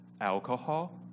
alcohol